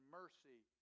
mercy